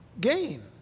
gain